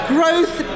Growth